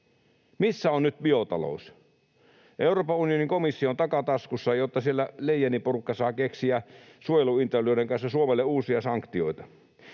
Missä on nyt biotalous? Euroopan unionin komission takataskussa, jotta siellä Leyenin porukka saa keksiä suojeluintoilijoiden kanssa Suomelle uusia sanktioita.